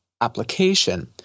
application